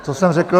Co jsem řekl?